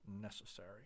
necessary